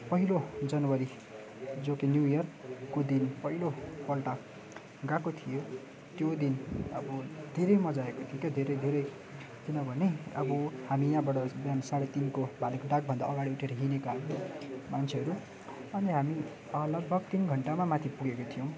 पहिलो जनवरी जो कि न्यु इयरको दिन पहिलोपल्ट गएको थिएँ त्यो दिन अब धेरै मजा आएको थियो के अब धेरै धेरै किनभने अब हामी यहाँबाट बिहान साढे तिनको भालेको डाकभन्दा अगाडि उठेर हिँडेको हामी मान्छेहरू अनि हामी लगभग तिन घन्टामा माथि पुगेका थियौँ